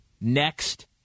next